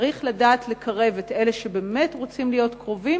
צריך לדעת לקרב את אלה שבאמת רוצים להיות קרובים,